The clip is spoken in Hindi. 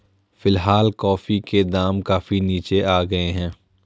फिलहाल कॉफी के दाम काफी नीचे आ गए हैं